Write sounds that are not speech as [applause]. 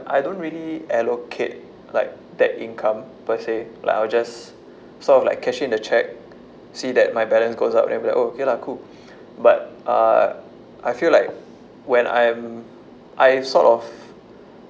I don't really allocate like that income per se like I'll just sort of like cash in the cheque see that my balance goes up level then I'll be like okay lah cool [breath] but uh I feel like when I'm I sort of